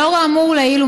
לאור האמור לעיל,